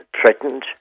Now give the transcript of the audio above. threatened